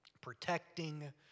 protecting